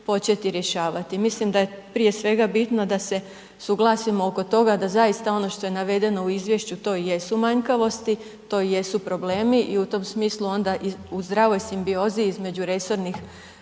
početi rješavati. Mislim da je, prije svega bitno da se suglasimo oko toga da zaista ono što je navedeno u izvješću to i jesu manjkavosti, to i jesu problemu i u tom smislu onda i u zdravoj simbiozi između resornih